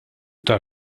tar